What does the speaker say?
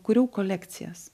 kūriau kolekcijas